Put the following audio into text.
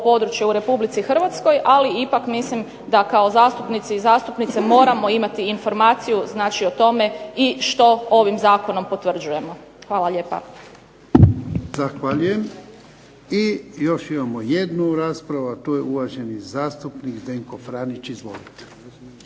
područje u RH, ali ipak mislim da kao zastupnici i zastupnice moramo imati informaciju znači o tome i što ovim zakonom potvrđujemo. Hvala lijepa. **Jarnjak, Ivan (HDZ)** Zahvaljujem. I još imamo jednu raspravu, a to je uvaženi zastupnik Zdenko Franić. Izvolite.